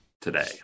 today